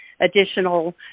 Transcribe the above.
additional